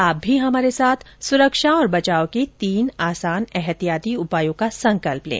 आप भी हमारे साथ सुरक्षा और बचाव के तीन आसान एहतियाती उपायों का संकल्प लें